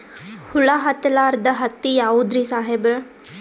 ಹುಳ ಹತ್ತಲಾರ್ದ ಹತ್ತಿ ಯಾವುದ್ರಿ ಸಾಹೇಬರ?